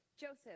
Joseph